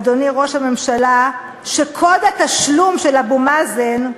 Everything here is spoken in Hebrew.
אדוני ראש הממשלה, שקוד התשלום של אבו מאזן,